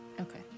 Okay